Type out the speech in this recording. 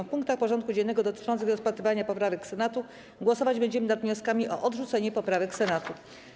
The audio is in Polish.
W punktach porządku dziennego dotyczących rozpatrywania poprawek Senatu głosować będziemy nad wnioskami o odrzucenie poprawek Senatu.